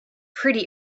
pretty